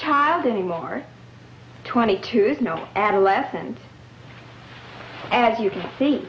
child anymore twenty two is no adolescent and as you can see